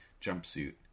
jumpsuit